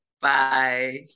Bye